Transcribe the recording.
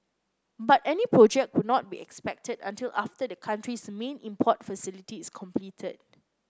but any project would not be expected until after the country's main import facility is completed